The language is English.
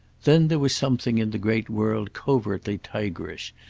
then there was something in the great world covertly tigerish,